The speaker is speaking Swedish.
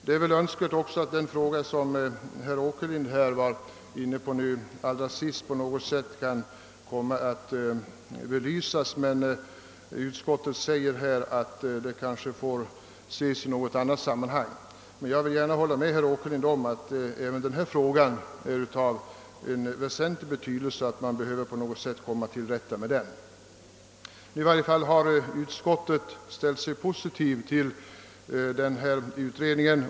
Det är önskvärt att även den fråga som herr Åkerlind tog upp i sitt anförande kan belysas, men utskottet menar att det kanske får ske i något annat samman hang. Jag håller gärna med herr Åkerlind om att frågan är väsentlig och att det är av vikt att på något sätt komma till rätta med problemet. I varje fall har utskottet ställt sig positivt till den föreslagna utredningen.